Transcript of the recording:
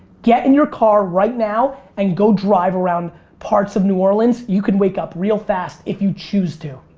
get in your car right now, and go drive around parts of new orleans. you could wake up real fast, if you choose to.